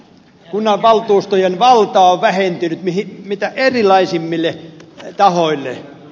kunnanvaltuustojen valta on vähentynyt mitä erilaisimmille tahoille